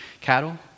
cattle